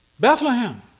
Bethlehem